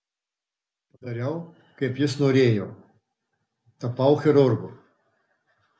padariau kaip jis norėjo tapau chirurgu